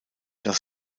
das